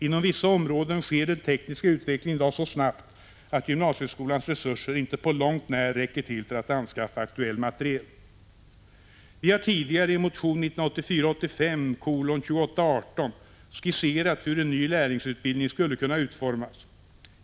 Inom vissa områden sker den tekniska utvecklingen i dag så snabbt att gymnasieskolans resurser inte på långt när räcker till för att anskaffa aktuell materiel. Vi har tidigare i motion 1984/85:2818 skisserat hur en ny lärlingsutbildning skulle kunna utformas.